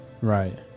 Right